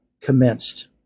commenced